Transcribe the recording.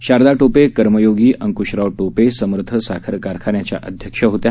शारदा टोपे कर्मयोगी अंकशराव टोपे समर्थ साखर कारखान्याच्या अध्यक्ष होत्या